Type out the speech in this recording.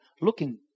Looking